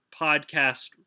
podcast